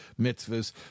mitzvahs